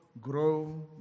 grow